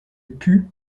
put